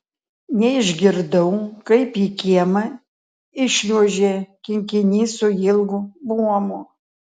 neišgirdau kaip į kiemą įšliuožė kinkinys su ilgu buomu